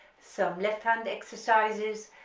some left hand exercises,